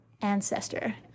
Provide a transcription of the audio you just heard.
ancestor